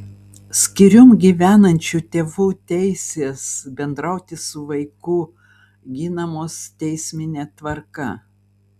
skyrium gyvenančių tėvų teisės bendrauti su vaiku ginamos teismine tvarka